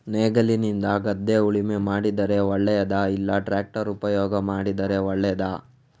ನೇಗಿಲಿನಿಂದ ಗದ್ದೆ ಉಳುಮೆ ಮಾಡಿದರೆ ಒಳ್ಳೆಯದಾ ಇಲ್ಲ ಟ್ರ್ಯಾಕ್ಟರ್ ಉಪಯೋಗ ಮಾಡಿದರೆ ಒಳ್ಳೆಯದಾ?